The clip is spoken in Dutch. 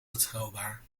betrouwbaar